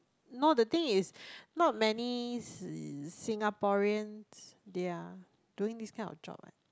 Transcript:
no the thing is not many s~ Singaporeans they are doing this kind of job